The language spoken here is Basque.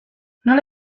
nola